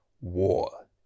War